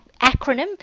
acronym